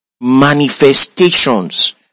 manifestations